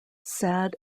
sad